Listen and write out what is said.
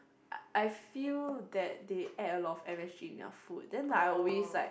I I feel that they add a lot of M_S_G in our food then like I will always like